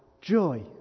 joy